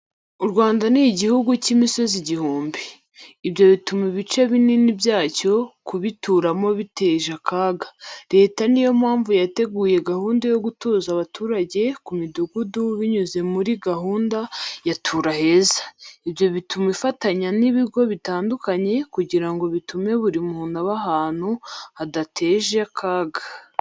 U Rwanda ni igihungu cy'imisozi igihumbi. Ibyo bituma ibice binini byacyo kubituramo biteje akaga. Leta ni yo mpamvu yateguye gahunda yo gutuza abaturage ku imidugudu binyuze muri gahunda ya "Tura heza." Ibyo bituma ifatanya n'ibigo bitandukanye kugira ngo bitume buri muntu aba ahantu hadateje akaga.